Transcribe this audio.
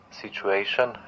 situation